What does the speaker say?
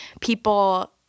people